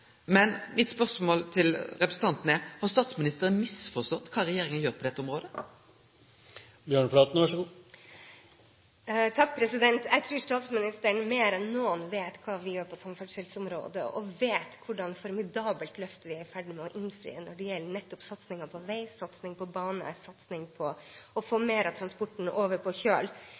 Mitt spørsmål til representanten er: Har statsministeren misforstått kva regjeringa gjer på dette området? Jeg tror statsministeren mer enn noen vet hva vi gjør på samferdselsområdet, og vet hvilket formidabelt løft vi er i ferd med å innfri når det gjelder nettopp satsing på vei, satsing på bane og satsing på å få mer av transporten over på kjøl.